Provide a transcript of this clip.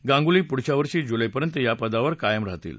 गांगुली पुढच्या वर्षी जुलैपर्यंत या पदावर काम करतील